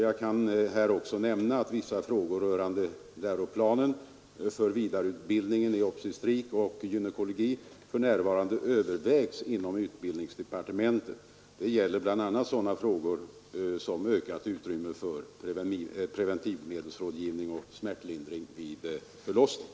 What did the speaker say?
Jag kan här också nämna att vissa frågor rörande läroplanen för vidareutbildningen i obstetrik och gynekologi för närvarande övervägs inom utbildningsdepartementet. Det gäller bl.a. sådana frågor som ökat utrymme för preventivmedelsrådgivning och smärtlindring vid förlossning.